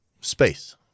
space